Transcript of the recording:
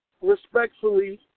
respectfully